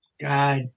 God